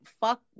fuck